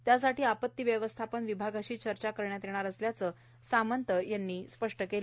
त्यासाठी आपत्ती व्यवस्थापन विभागाशी चर्चा करण्यात येणार असल्याचं सामंत यांनी स्पष्ट केलं